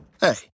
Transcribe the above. Hey